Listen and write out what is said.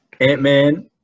Ant-Man